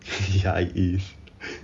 ya it is